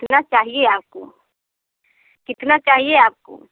कितना चाहिए आपको कितना चाहिए आपको